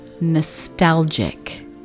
nostalgic